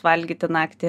valgyti naktį